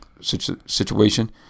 situation